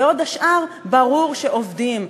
בעוד השאר ברור שהם עובדים.